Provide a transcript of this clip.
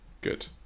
Good